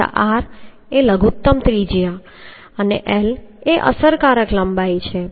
જ્યાં R એ લઘુત્તમ ત્રિજ્યા છે અને L એ અસરકારક લંબાઈ છે